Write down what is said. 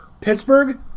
Pittsburgh